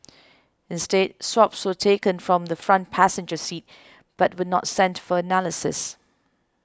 instead swabs were taken from the front passenger seat but were not sent for analysis